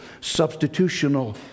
substitutional